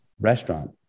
restaurant